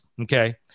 Okay